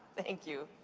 thank you.